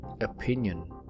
opinion